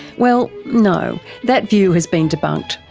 well, no, that view has been debunked.